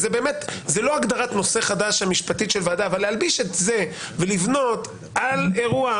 זאת לא הגדרת נושא חדש משפטי של ועדה אבל להלביש את זה ולבנות על אירוע,